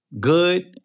good